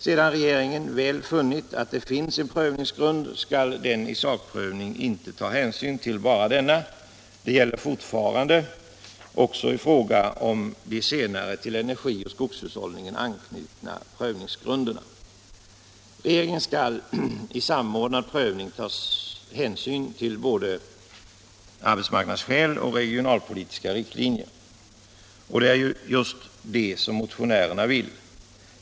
Sedan regeringen väl konstaterat att det finns en prövningsgrund skall den i sakprövningen inte ta hänsyn bara till denna. Det gäller fortfarande — också i fråga om de senare till energioch skogshushållningen anknutna prövningsgrunderna. Regeringen skall i en samordnad prövning ta hänsyn till både arbetsmarknadsskäl och regionalpolitiska riktlinjer — och det är just det motionärerna vill.